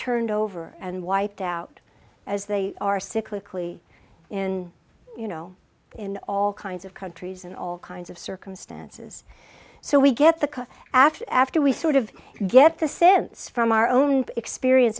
turned over and wiped out as they are cyclical in you know in all kinds of countries in all kinds of circumstances so we get the cut after after we sort of get the sense from our own experience